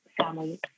family